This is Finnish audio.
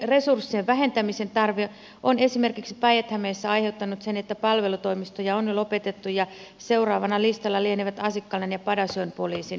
resurssien vähentämisen tarve on esimerkiksi päijät hämeessä aiheuttanut sen että palvelutoimistoja on jo lopetettu ja seuraavana listalla lienevät asikkalan ja padasjoen poliisin palvelutoimistot